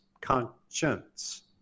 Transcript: conscience